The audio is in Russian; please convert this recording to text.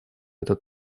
этот